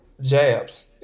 jabs